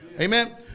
amen